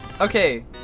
Okay